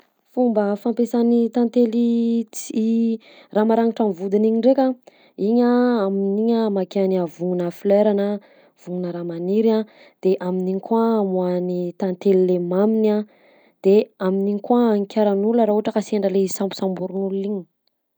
Fomba fampiasan'ny tantely ts- i raha maragnitra amy vodiny igny ndraika: igny a- amin'igny a amakiany avogninà folera na vogninà raha maniry a, de amin'igny koa amoahan'ny tantely le maminy a, de amin'igny koa anikarany olona raha ohatra ka sendra le izy sambosmborign'olona igny.